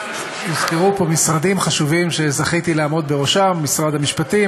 הזכירו פה משרדים חשובים שזכיתי לעמוד בראשם: משרד המשפטים,